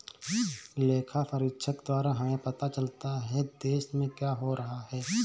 लेखा परीक्षक द्वारा हमें पता चलता हैं, देश में क्या हो रहा हैं?